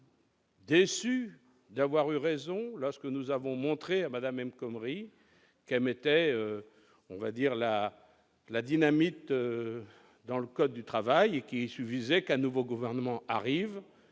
peu déçu d'avoir eu raison lorsque nous avons montré à Mme El Khomri qu'elle mettait la dynamite dans le code du travail et qu'il suffisait qu'un nouveau gouvernement entre